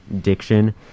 diction